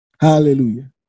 Hallelujah